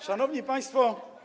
Szanowni Państwo!